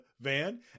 van